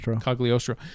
Cagliostro